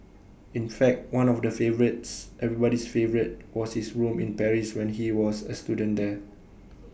in fact one of the favourites everybody's favourite was his room in Paris when he was A student there